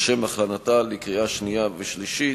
לשם הכנתה לקריאה שנייה וקריאה שלישית.